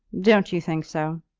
don't you think so?